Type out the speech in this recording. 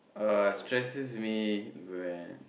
uh stresses me when